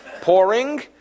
pouring